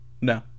No